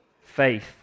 faith